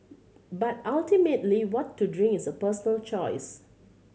but ultimately what to drink is a personal choice